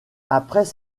après